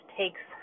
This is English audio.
takes